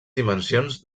dimensions